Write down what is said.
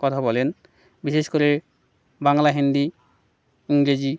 কথা বলেন বিশেষ করে বাংলা হিন্দি ইংরেজি